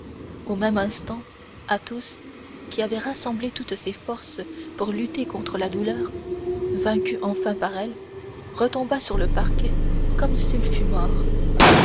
au même instant athos qui avait rassemblé toutes ses forces pour lutter contre la douleur vaincu enfin par elle tomba sur le parquet comme s'il fût mort